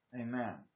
amen